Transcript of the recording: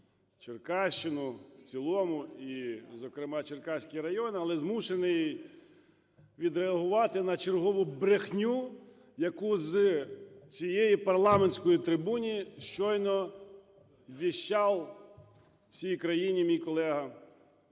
Черкащину в цілому, і зокрема Черкаський район, але змушений відреагувати на чергову брехню, яку з цієї парламентської трибуни щойно віщал всій країні мій колега,